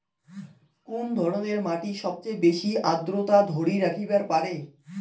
কুন ধরনের মাটি সবচেয়ে বেশি আর্দ্রতা ধরি রাখিবার পারে?